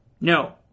No